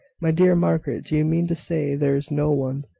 my dear margaret, do you mean to say there is no one?